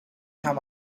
gaan